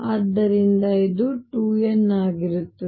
ಆದ್ದರಿಂದ ಇದು 2 n ಆಗಿರುತ್ತದೆ